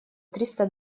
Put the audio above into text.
триста